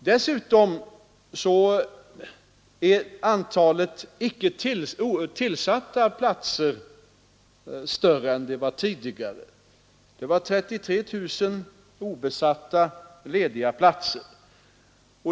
Dessutom var antalet obesatta lediga platser större än tidigare, nämligen 33 000 vid månadens slut.